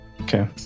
Okay